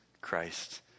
Christ